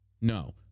No